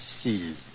see